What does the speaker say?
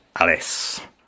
Alice